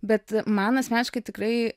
bet man asmeniškai tikrai